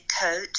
coat